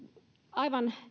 aivan